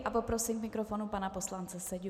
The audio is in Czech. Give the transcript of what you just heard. A poprosím k mikrofonu pana poslance Seďu.